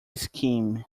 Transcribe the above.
scheme